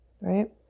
Right